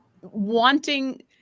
wanting